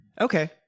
Okay